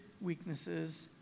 weaknesses